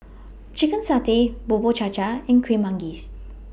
Chicken Satay Bubur Cha Cha and Kuih Manggis